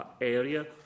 area